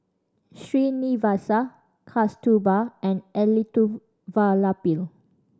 Srinivasa Kasturba and Elattuvalapil